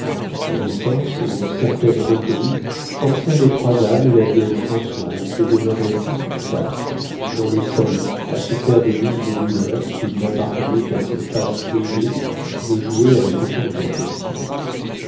la décence et une certaine retenue forcèrent les trois dames et la vieille françoise de demeurer toutes quatre dans le salon à se faire des mines de douleur qu'il n'appartenait qu'à ces faces ridées de jouer avec autant de perfection